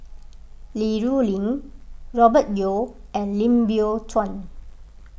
Li Rulin Robert Yeo and Lim Biow Chuan